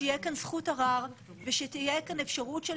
שתהיה כאן זכות ערר ושתהיה כאן אפשרות של